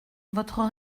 votre